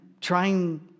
trying